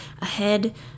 ahead